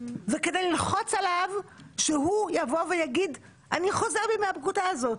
וכדי ללחוץ עליו שהוא יגיד אני חוזר בי מהפקודה הזאת.